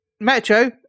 Metro